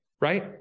right